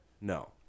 No